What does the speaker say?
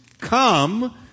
come